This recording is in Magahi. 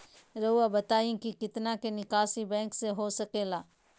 रहुआ बताइं कि कितना के निकासी बैंक से हो सके ला?